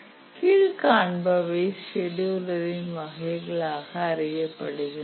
கீழ் காண்பவை செடியூலரின் வகைகளாக அறியப்படுகின்றன